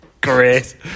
Great